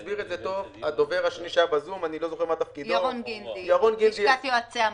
הסביר את זה טוב ירון גינדי מלשכת יועצי המס.